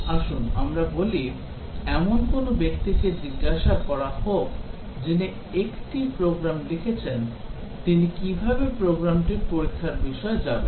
আসুন আমরা বলি এমন কোনও ব্যক্তিকে জিজ্ঞাসা করা হোক যিনি একটি প্রোগ্রাম লিখেছেন তিনি কীভাবে প্রোগ্রামটির পরীক্ষার বিষয়ে যাবেন